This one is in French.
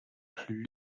plus